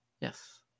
Yes